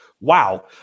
Wow